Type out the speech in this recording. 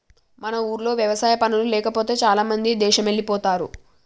మన ఊర్లో వ్యవసాయ పనులు లేకపోతే చాలామంది దేశమెల్లిపోతారు